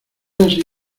así